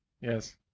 Yes